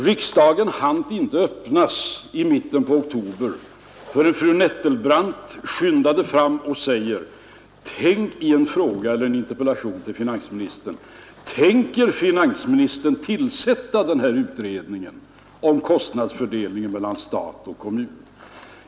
Riksdagen hann knappast öppnas i mitten av oktober förrän fru Nettelbrandt skyndade fram och säger i en interpellation eller fråga till finansministern: Tänker finansministern tillsätta den här utredningen om kostnadsfördelningen mellan stat och kommun?